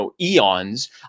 eons